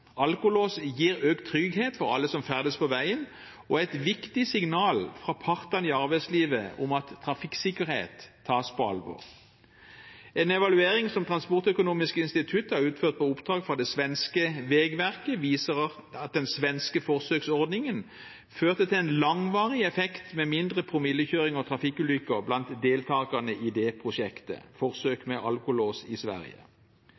Alkolås gir økt trygghet for alle som ferdes på veien, og er et viktig signal fra partene i arbeidslivet om at trafikksikkerhet tas på alvor. En evaluering som Transportøkonomisk institutt har utført på oppdrag fra det svenske Vägverket, viser at den svenske forsøksordningen hadde en langvarig effekt, med mindre promillekjøring og færre trafikkulykker blant deltakerne i prosjektet, jf. «Forsøk med alkolås i Sverige».